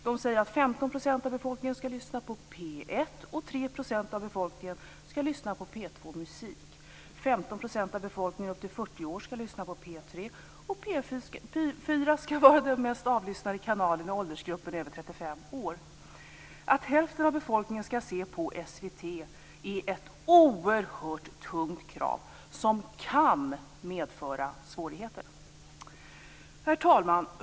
De säger att 15 % av befolkningen skall lyssna på P 1, att 3 % av befolkningen skall lyssna på P 2-musik, att 15 % av befolkningen upp till 40 år skall lyssna på P 3 och att P 4 skall vara den mest avlyssnade kanalen i åldersgruppen över 35 år. Att hälften av befolkningen skall se på SVT är ett oerhört hårt krav som kan medföra svårigheter. Herr talman!